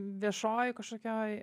viešojoj kažkokioj